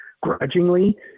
grudgingly